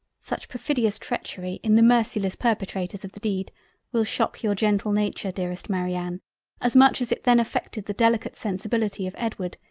such perfidious treachery in the merciless perpetrators of the deed will shock your gentle nature dearest marianne as much as it then affected the delicate sensibility of edward,